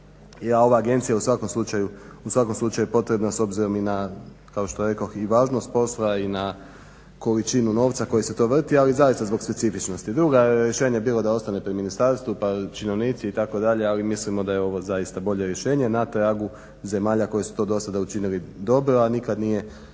Ova agencija u svakom slučaju je potrebna s obzirom i na kao što rekoh i važnost posla i na količinu novca koji se vrti, ali zaista i zbog specifičnosti. Drugo je rješenje bilo da ostane pri ministarstvu pa činovnici itd., ali mislimo da je ovo zaista bolje rješenje. Na tragu zemalja koje su to dosada učinile dobro, a nikad nije,